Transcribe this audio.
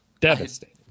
Devastating